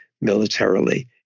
militarily